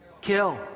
Kill